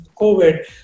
COVID